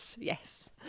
Yes